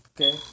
Okay